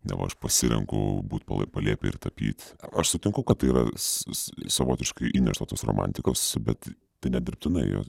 neva aš pasirenku būt palai palėpėj ir tapyt aš sutinku kad tai yra savotiškai įneša tos romantikos bet tai nedirbtinai ji